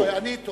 נכון, אני טועה.